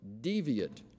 deviate